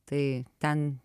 tai ten